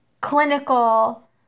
clinical